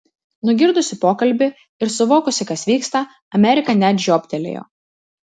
nugirdusi pokalbį ir suvokusi kas vyksta amerika net žiobtelėjo